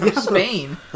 Spain